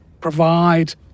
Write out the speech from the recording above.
provide